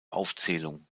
aufzählung